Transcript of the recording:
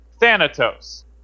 Thanatos